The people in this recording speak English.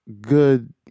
good